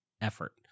Effort